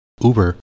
Uber